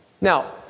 Now